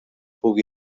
pugui